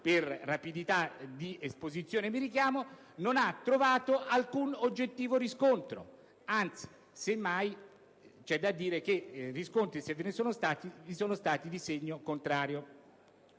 per rapidità di esposizione mi richiamo - non ha trovato alcun oggettivo riscontro; anzi, semmai c'è da dire che, se ci sono stati riscontri, sono stati di segno contrario.